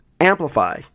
amplify